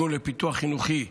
הארגון לפיתוח חינוכי,